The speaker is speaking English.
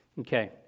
Okay